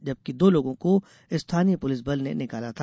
जबकि दो लोगों को स्थानीय पुलिस बल ने निकाला था